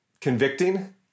convicting